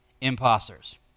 imposters